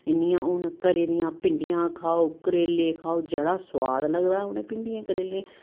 इ'न्नियां हून घरै दियां भिंडियां खाओ करेले खाओ जेह्ड़ा सुआद लगदा उ'नें भिडियें करेले